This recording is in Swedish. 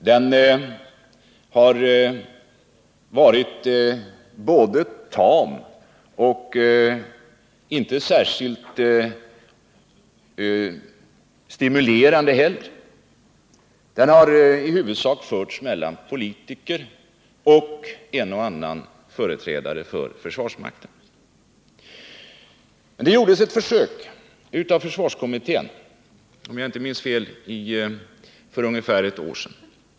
Den har varit tam och inte särskilt stimulerande. Den har i huvudsak förts mellan politiker och en och annan företrädare för försvarsmakten. Det gjordes ett försök av försvarskommittén, om jag inte minns fel för ungefär ett år sedan.